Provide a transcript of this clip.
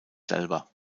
selber